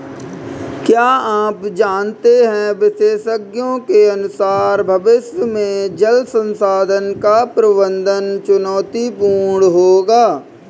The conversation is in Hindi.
क्या आप जानते है विशेषज्ञों के अनुसार भविष्य में जल संसाधन का प्रबंधन चुनौतीपूर्ण होगा